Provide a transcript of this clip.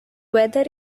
weather